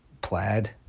Plaid